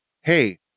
hey